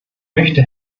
möchte